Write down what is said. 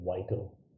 vital